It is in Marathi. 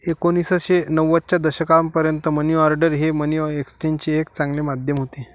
एकोणीसशे नव्वदच्या दशकापर्यंत मनी ऑर्डर हे मनी एक्सचेंजचे एक चांगले माध्यम होते